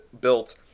built